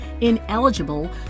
ineligible